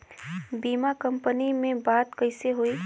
बीमा कंपनी में बात कइसे होई?